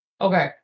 okay